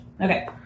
Okay